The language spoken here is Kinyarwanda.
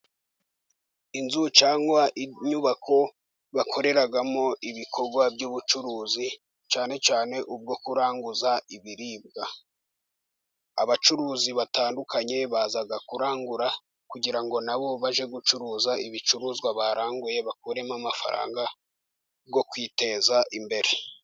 Inzu cyangwa inyubako bakoreramo ibikorwa by'ubucuruzi cyane cyane ubwo kuranguza ibiribwa, abacuruzi batandukanye baza kurangura kugira ngo na bo bajye gucuruza ibicuruzwa baranguye bakuremo amafaranga yo kwiteza imbere.